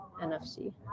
NFC